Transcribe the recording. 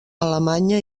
alemanya